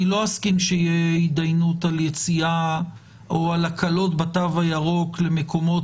אני לא הסכים שתהיה התדיינות על יציאה או על הקלות בתו הירוק למקומות